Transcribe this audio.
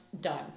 done